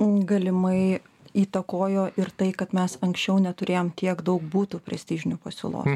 galimai įtakojo ir tai kad mes anksčiau neturėjom tiek daug būtų prestižinių pasiūlos